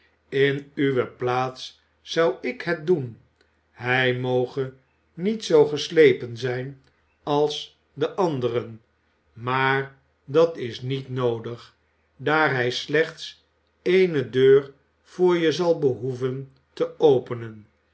in uwe plaats zu ik het doen hij moge niet zoo geslepen zijn als de anderen maar dat is niet noodig daar hij slechts eene deur voor je zal behoeven te openen